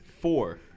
Four